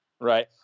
right